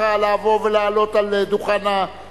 אני מזמין את שר הרווחה לבוא ולעלות על דוכן הכנסת.